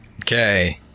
Okay